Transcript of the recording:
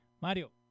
Mario